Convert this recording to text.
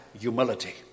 humility